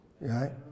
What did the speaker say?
right